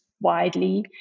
widely